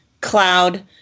cloud